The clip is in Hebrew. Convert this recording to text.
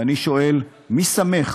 ואני שואל: מי שמך